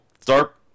start